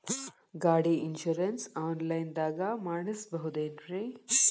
ಗಾಡಿ insurance online ದಾಗ ಮಾಡಸ್ಬಹುದೆನ್ರಿ?